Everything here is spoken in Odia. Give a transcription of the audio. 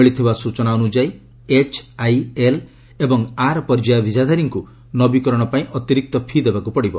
ମିଳିଥିବା ସୂଚନା ଅନୁଯାୟୀ ଏଚ୍ଆଇଏଲ୍ ଏବଂ ଆର୍ ପର୍ଯ୍ୟାୟ ଭିଜାଧାରୀଙ୍କୁ ନବୀକରଣ ପାଇଁ ଅତିରିକ୍ତ ଫି' ଦେବାକୁ ପଡ଼ିବ